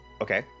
okay